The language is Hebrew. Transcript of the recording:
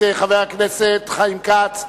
את חבר הכנסת חיים כץ,